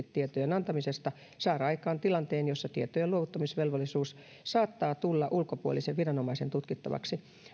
tietojen antamisesta saada aikaan tilanteen jossa tietojen luovuttamisvelvollisuus saattaa tulla ulkopuolisen viranomaisen tutkittavaksi